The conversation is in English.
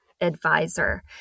advisor